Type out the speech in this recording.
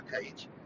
page